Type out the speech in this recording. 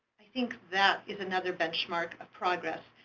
i think that is another benchmark of progress,